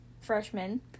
freshman